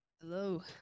Hello